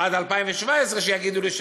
עד 2017 שיגידו לי,